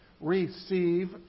Receive